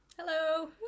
Hello